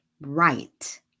right